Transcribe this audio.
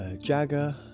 Jagger